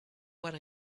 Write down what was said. what